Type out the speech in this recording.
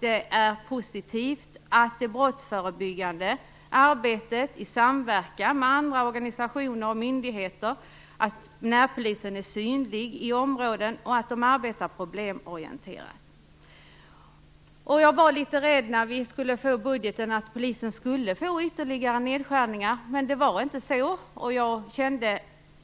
Det är positivt att det brottsförebyggande arbetet sker i samverkan med andra organisationer och myndigheter, att närpoliserna är synliga i området och att de arbetar problemorienterat. När vi skulle få budgeten var jag litet rädd att man skulle föreslå ytterligare nedskärningar på polisen. Det var inte så. Jag